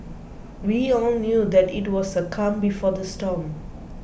we all knew that it was the calm before the storm